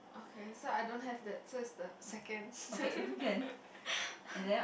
okay so I don't have the so it's the second